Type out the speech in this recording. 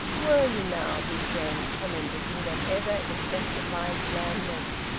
were you now! big james commented, with an ever intensified blandness.